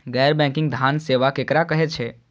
गैर बैंकिंग धान सेवा केकरा कहे छे?